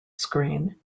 screen